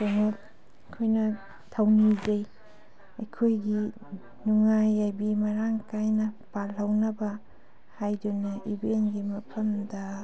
ꯑꯩꯈꯣꯏꯅ ꯊꯧꯅꯤꯖꯩ ꯑꯩꯈꯣꯏꯒꯤ ꯅꯨꯡꯉꯥꯏ ꯌꯥꯏꯕꯤ ꯃꯔꯥꯡ ꯀꯥꯏꯅ ꯄꯥꯟꯍꯧꯅꯕ ꯍꯥꯏꯗꯨꯅ ꯏꯕꯦꯟꯒꯤ ꯃꯐꯝꯗ